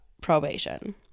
probation